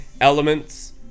elements